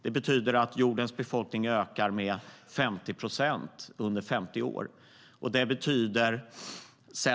Det betyder att jordens befolkning ökar med 50 procent under 50 år.